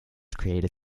created